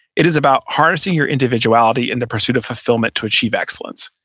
it is about harnessing your individuality in the pursuit of fulfillment to achieve excellence.